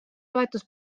toetus